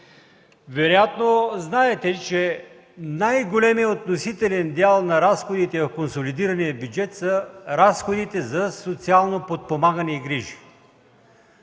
Вероятно знаете, че най-големият относителен дял на разходите в консолидирания бюджет са разходите за социално подпомагане и грижи?